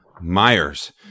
Myers